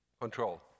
control